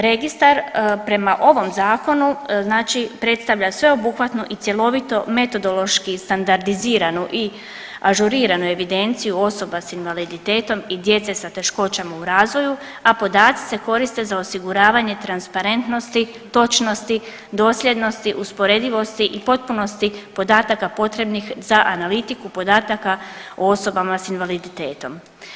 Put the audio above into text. Registar prema ovom Zakonu znači predstavlja sveobuhvatnu i cjelovito metodološki standardiziranu i ažuriranu evidenciju osoba s invaliditetom i djece sa teškoćama u razvoju, a podaci se koriste za osiguravanje transparentnosti, točnosti, dosljednosti, usporedivosti i potpunosti podataka potrebnih za analitiku podataka o osobama s invaliditetom.